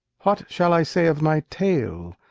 what shall i say of my tail,